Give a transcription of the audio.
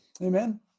Amen